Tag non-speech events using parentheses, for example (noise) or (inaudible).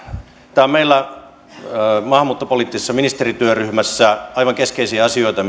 tämä on meillä maahanmuuttopoliittisessa ministerityöryhmässä aivan keskeisiä asioita (unintelligible)